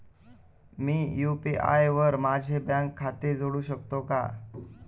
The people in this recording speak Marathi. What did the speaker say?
मी यु.पी.आय वर माझे बँक खाते जोडू शकतो का?